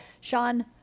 Sean